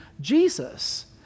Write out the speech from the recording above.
Jesus